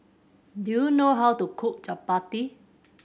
do you know how to cook chappati